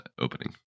opening